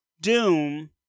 Doom